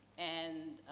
and,